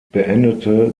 beendete